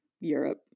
Europe